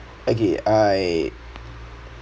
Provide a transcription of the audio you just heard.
okay I